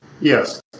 Yes